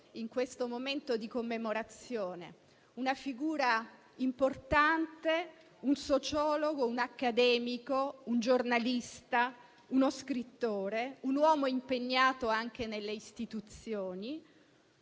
quella che stiamo ricordando è una figura importante, un sociologo, un accademico, un giornalista, uno scrittore, un uomo impegnato anche nelle istituzioni,